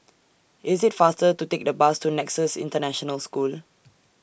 IT IS faster to Take The Bus to Nexus International School